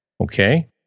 okay